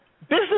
Business